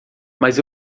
mas